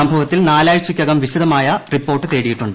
സംഭവത്തിൽ നാലാഴ്ചയ്ക്കകം വിശദമായ റിപ്പോർട്ട് തേടിയിട്ടുണ്ട്